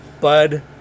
Bud